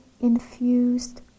infused